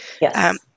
Yes